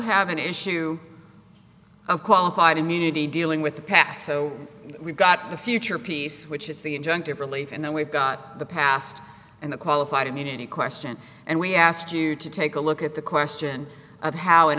have an issue i've qualified immunity dealing with the past so we've got the future peace which is the injunctive relief and then we've got the past and the qualified immunity question and we asked you to take a look at the question of how